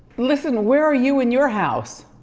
listen, where are you in your house?